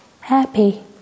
happy